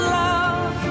love